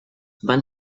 van